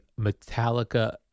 Metallica